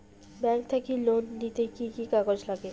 Bank থাকি loan নিতে কি কি কাগজ নাগে?